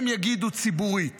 הם יגידו ציבורית